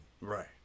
right